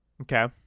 Okay